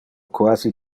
quasi